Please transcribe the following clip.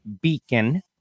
beacon